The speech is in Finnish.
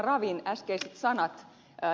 ravin äskeiset sanat ed